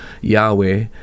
Yahweh